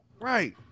right